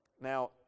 Now